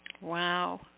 Wow